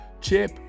Chip